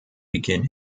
begin